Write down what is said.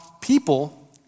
people